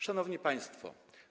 Szanowni Państwo!